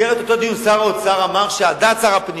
במסגרת אותו דיון שר האוצר אמר שעל דעת שר הפנים,